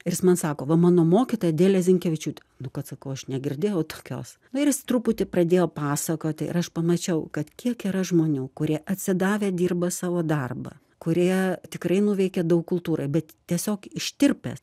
ir jis man sako va mano mokyta adelė zinkevičiūtė nu kad sakau aš negirdėjau tokios na ir jis truputį pradėjo pasakoti ir aš pamačiau kad kiek yra žmonių kurie atsidavę dirba savo darbą kurie tikrai nuveikė daug kultūrai bet tiesiog ištirpę